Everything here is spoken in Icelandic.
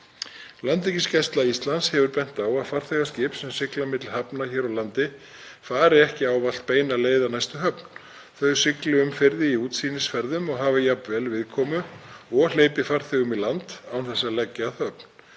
Landhelgisgæsla Íslands hefur bent á að farþegaskip sem sigla á milli hafna hér á landi fari ekki ávallt beina leið að næstu höfn. Þau sigli um firði í útsýnisferðum og hafi jafnvel viðkomu og hleypi farþegum í land án þess að leggja að höfn.